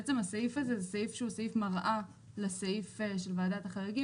בעצם הסעיף הזה זה סעיף שהוא סעיף מראה לסעיף של ועדת החריגים